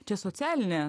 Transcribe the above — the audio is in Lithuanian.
čia socialinė